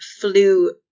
flew